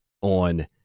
on